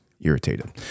irritated